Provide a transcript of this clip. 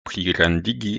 pligrandigi